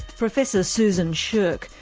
professor susan shirk,